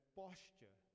posture